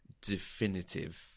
definitive